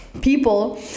people